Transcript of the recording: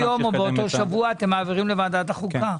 באותו יום או באותו שבוע אתם מעבירים לוועדת החוקה?